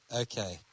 okay